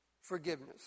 Forgiveness